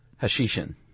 Hashishin